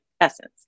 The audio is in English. essence